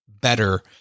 better